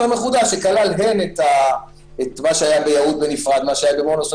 מחודש שכלל הן את מה שהיה ביהוד בנפרד והן את מה שהיה במונוסון